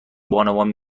بانوان